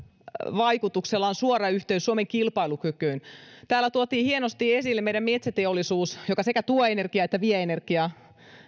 vaikutuksella on suora yhteys myös suomen kilpailukykyyn täällä tuotiin hienosti esille meidän metsäteollisuus joka sekä tuo energiaa että vie energiaa